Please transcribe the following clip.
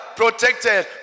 protected